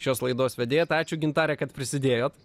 šios laidos vedėja tai ačiū gintare kad prisidėjot